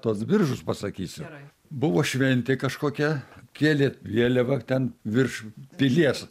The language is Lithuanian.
tuos biržus pasakysiu buvo šventė kažkokia kėlė vėliavą ten virš pilies